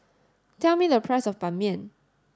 tell me the price of Ban Mian